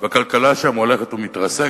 והכלכלה שם הולכת ומתרסקת,